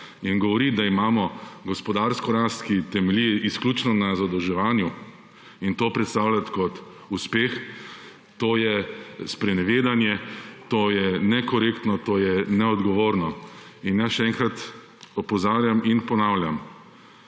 In govoriti, da imamo gospodarsko rast, ki temelji izključno na zadolževanju, in to predstavljat kot uspeh, to je sprenevedanje, to je nekorektno, to je neodgovorno. In jaz še enkrat opozarjam in ponavljam,